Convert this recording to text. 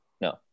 No